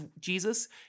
Jesus